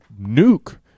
nuke